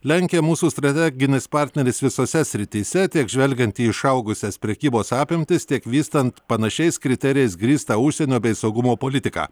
lenkija mūsų strateginis partneris visose srityse tiek žvelgiant į išaugusias prekybos apimtis tiek vystant panašiais kriterijais grįstą užsienio bei saugumo politiką